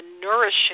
nourishing